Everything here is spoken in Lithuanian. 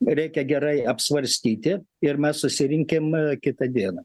reikia gerai apsvarstyti ir mes susirinkim kitą dieną